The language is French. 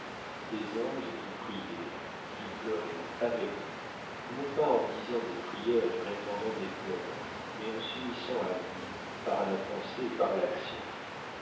des anges qui priaient qui pleuraient avec lui non pas en disant des prières et répandant des pleurs mais en s'unissant à lui par la pensée et par l'action